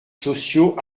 sociaux